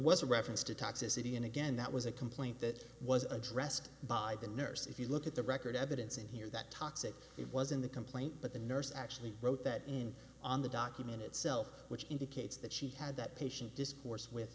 was a reference to toxicity and again that was a complaint that was addressed by the nurse if you look at the record evidence in here that toxic it was in the complaint but the nurse actually wrote that in on the document itself which indicates that she had that patient discourse with